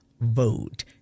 vote